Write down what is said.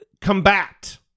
combat